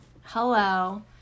Hello